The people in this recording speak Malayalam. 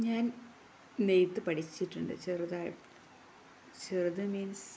ഞാൻ നെയ്ത്ത് പഠിച്ചിട്ടുണ്ട് ചെറുതായിട്ട് ചെറുത് മീൻസ്